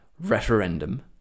referendum